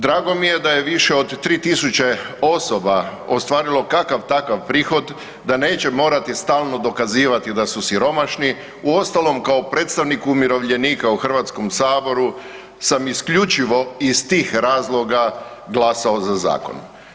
Drago mi je da je više od 3.000 osoba ostvarilo kakav takav prihod da neće morati stalno dokazivati da su siromašni, uostalom kao predstavnik umirovljenika u HS-u sam isključivo iz tih razloga glasao za zakon.